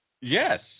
Yes